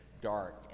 dark